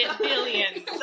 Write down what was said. Billions